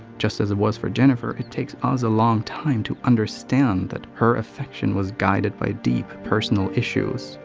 just as it was for jennifer, it takes us a long time to understand that her affection was guided by deep personal issues,